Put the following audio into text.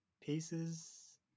pieces